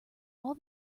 all